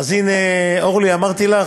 אז הנה, אורלי, אמרתי לך,